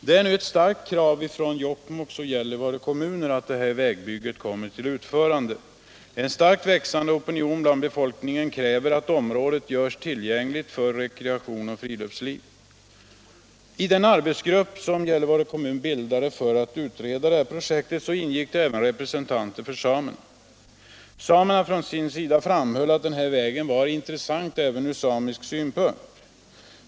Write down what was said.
Det är ett starkt krav från Jokkmokks och Gällivare kommuner att vägbygget kommer till utförande. En starkt växande opinion inom befolkningen kräver att området görs tillgängligt för rekreation och friluftsliv. I den arbetsgrupp som Gällivare kommun bildade för att utreda det här projektet ingick även representanter för samerna. Samerna framhöll att vägen var intressant även från samisk synpunkt.